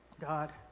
God